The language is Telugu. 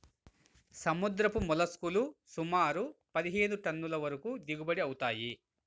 సముద్రపు మోల్లస్క్ లు సుమారు పదిహేను టన్నుల వరకు దిగుబడి అవుతాయి